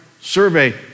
survey